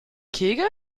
kegeln